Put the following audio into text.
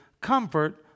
comfort